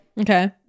Okay